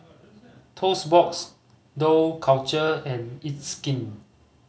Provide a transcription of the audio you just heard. Toast Box Dough Culture and It's Skin